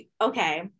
okay